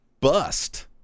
bust